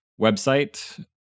website